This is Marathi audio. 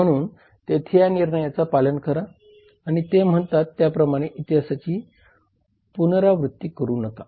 म्हणून तेथे या निर्णयांचे पालन करा आणि ते म्हणतात त्याप्रमाणे इतिहासाची पुनरावृत्ती करू नका